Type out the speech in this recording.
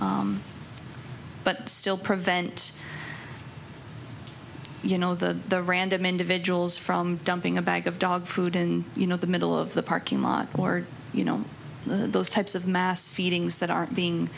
but still prevent you know the the random individuals from dumping a bag of dog food in you know the middle of the parking lot or you know those types of mass feedings that are being